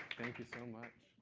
thank you so much.